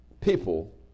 people